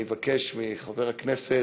אני אבקש מחבר הכנסת,